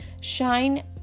shine